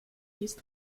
least